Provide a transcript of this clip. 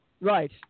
Right